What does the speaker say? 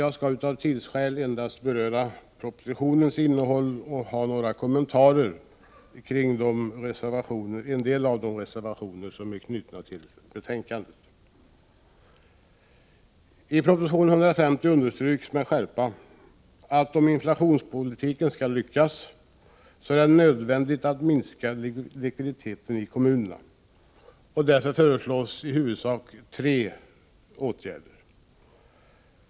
Jag skall av tidsskäl beröra endast propositionens innehåll och göra några kommentarer till en del av de reservationer som är fogade till betänkandet. I proposition 150 understryks med skärpa att om antiinflationspolitiken skall lyckas är det nödvändigt att minska likviditeten i kommunerna. Därför föreslås i huvudsak tre åtgärder.